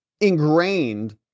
ingrained